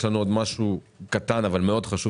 יש לנו עוד משהו קטן אבל מאוד חשוב,